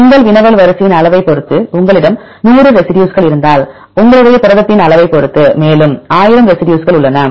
உங்கள் வினவல் வரிசையின் அளவைப் பொறுத்தது உங்களிடம் 100 ரெசி டியூஸ்க்கள் இருந்தால் உங்களுடைய புரதத்தின் அளவைப் பொறுத்து மேலும் 1000 ரெசி டியூஸ்க்கள் உள்ளன